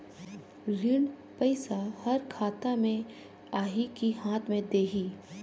ऋण पइसा हर खाता मे आही की हाथ मे देही?